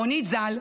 רונית ז"ל,